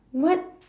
what